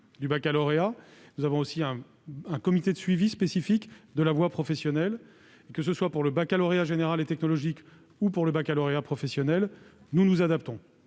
du baccalauréat. Nous disposons également d'un comité de suivi spécifique de la voie professionnelle. Qu'il s'agisse du baccalauréat général et technologique ou du baccalauréat professionnel, nous nous adaptons.